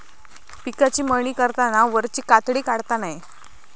पिकाची मळणी करताना वरची कातडी काढता नये